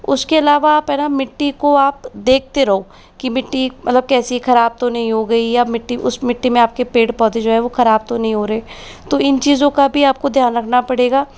उसके अलावा आप है न मिट्टी को आप देखते रहो कि मिट्टी मतलब कैसी ख़राब तो नहीं हो गई या मिट्टी उस मिट्टी में आपके पेड़ पौधे जो हैं वो ख़राब तो नहीं हो रहे तो इन चीज़ों का भी आपको ध्यान रखना पड़ेगा